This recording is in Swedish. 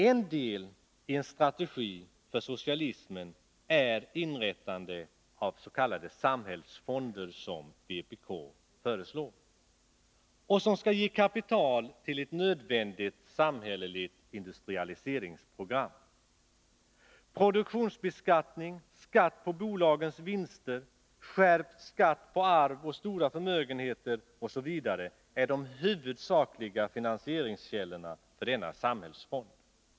En del i en strategi för socialismen är inrättande av s.k. samhällsfonder som vpk föreslår och som skall ge kapital till ett nödvändigt samhälleligt industrialiseringsprogram. Produktionsbeskattning, skatt på bolagens vinster, skärpt skatt på arv och stora förmögenheter osv. är de huvudsakliga finansieringskällorna för denna samhällsfond.